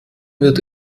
wird